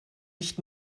nicht